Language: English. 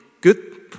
good